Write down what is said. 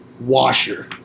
washer